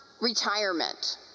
retirement